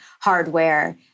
hardware